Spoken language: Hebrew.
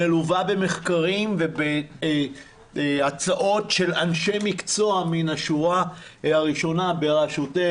מלווה במחקרים ובהצעות של אנשי מקצוע מן השורה הראשונה בראשותך,